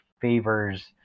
favors